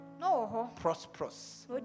prosperous